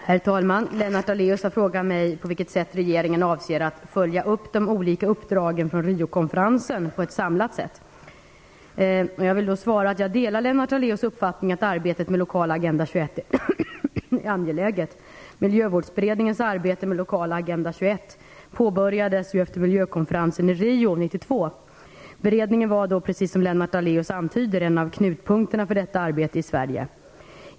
Herr talman! Lennart Daléus har till mig ställt följande fråga: På vilket sätt avser regeringen att på ett samlat sätt följa upp de olika uppdragen från Riokonferensen? Som svar på frågan vill jag säga följande: Jag delar Lennart Daléus uppfattning att arbetet med lokala Agenda 21 är angeläget. Miljövårdsberedningens arbete med lokala Agenda 21 påbörjades efter miljökonferensen i Rio 1992. Beredningen var då, precis som Lennart Daléus antyder, en av knutpunkterna för detta arbete i Sverige.